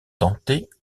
dentées